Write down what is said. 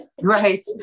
right